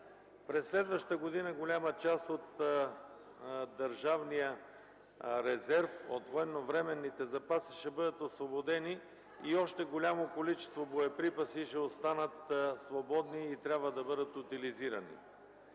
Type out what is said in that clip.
През следващата година голяма част от „Държавния резерв” от военновременните запаси ще бъдат освободени и още голямо количество боеприпаси ще останат свободни и трябва да бъдат утилизирани.